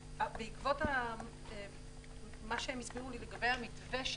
בעקבות מה שהם הסבירו לי לגבי המתווה,